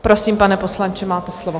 Prosím, pane poslanče, máte slovo.